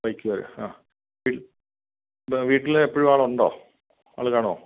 bike വരാൻ ആ വീട്ടിൽ എപ്പോഴും ആളുണ്ടോ ആൾ കാണോ